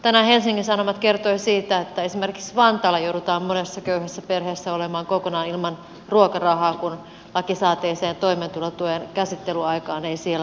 tänään helsingin sanomat kertoi siitä että esimerkiksi vantaalla joudutaan monessa köyhässä perheessä olemaan kokonaan ilman ruokarahaa kun lakisääteiseen toimeentulotuen käsittelyaikaan ei siellä pystytä